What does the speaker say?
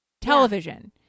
television